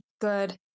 good